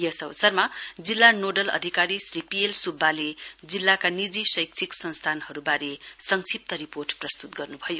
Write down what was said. यस अवसरमा जिल्ला नोडल अधिकारी श्री पी एल सुब्बाले जिल्लाका नीजि शैक्षिक संस्थानहरुबारे संक्षिप रिपोर्ट प्रस्तुत गर्नुभयो